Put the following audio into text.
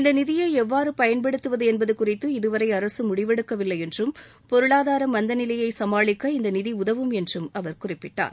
இந்த நிதியை எவ்வாறு பயன்படுத்துவது என்பது குறித்து இன்னும் அரசு முடிவெடுக்கவில்லை என்றும் பொருளாதார மந்தநிலையை சமாளிக்க இந்த நிதி உதவும் என்றும் அவர் குறிப்பிட்டார்